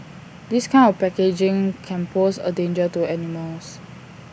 this kind of packaging can pose A danger to animals